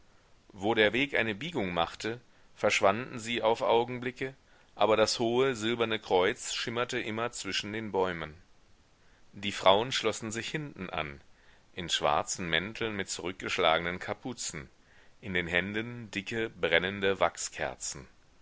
wo der weg eine biegung machte verschwanden sie auf augenblicke aber das hohe silberne kreuz schimmerte immer zwischen den bäumen die frauen schlossen sich hinten an in schwarzen mänteln mit zurückgeschlagenen kapuzen in den händen dicke brennende wachskerzen